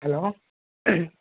hello